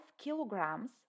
kilograms